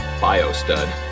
Biostud